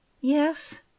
Yes